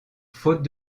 faute